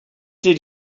did